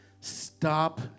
Stop